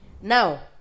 Now